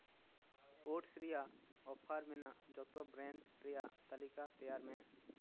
oats ᱨᱮᱭᱟᱜ ᱚᱯᱷᱟᱨ ᱢᱮᱱᱟᱜ ᱡᱚᱛᱚ ᱵᱨᱮᱱᱰ ᱨᱮᱭᱟᱜ ᱛᱟᱹᱞᱤᱠᱟ ᱛᱮᱭᱟᱨ ᱢᱮ